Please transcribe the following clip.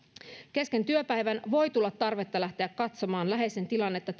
kesken työpäivän voi tulla tarvetta lähteä katsomaan läheisen tilannetta